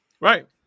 Right